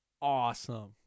awesome